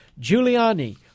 Giuliani